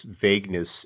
vagueness